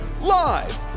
live